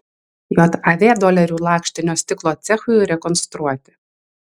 jav dolerių lakštinio stiklo cechui rekonstruoti